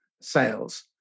sales